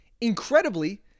Incredibly